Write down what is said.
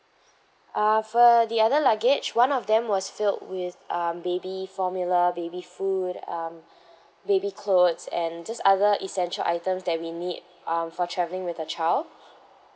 uh for the other luggage one of them was filled with um baby formula baby food um baby clothes and just other essential items that we need um for travelling with the child